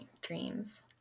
dreams